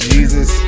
Jesus